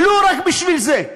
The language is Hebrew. ולו רק בגלל זה.